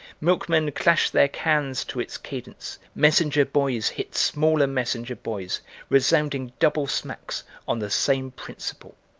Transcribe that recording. milkmen clashed their cans to its cadence, messenger boys hit smaller messenger boys resounding double smacks on the same principle.